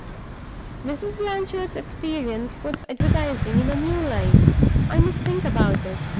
mrs. blanchard's experience puts advertising in a new light i must think about it